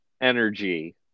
Energy